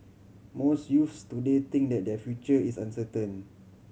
most youths today think that their future is uncertain